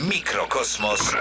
Mikrokosmos